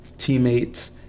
Teammates